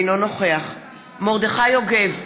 אינו נוכח מרדכי יוגב,